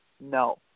No